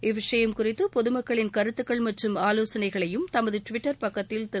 இவ்விஷயம் குறித்து பொதுமக்களின் கருத்துக்கள் மற்றும் ஆலோசனைகளையும் தனது ட்விட்டர் பக்கத்தில் திரு